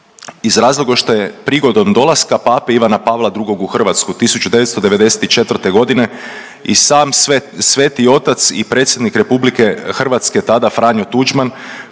Iz razloga što je prigodom dolaska pape Ivana Pavla II u Hrvatsku 1994. godine i sam Sveti otac i predsjednik Republike Hrvatske tada Franjo Tuđman,